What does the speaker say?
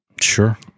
Sure